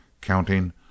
counting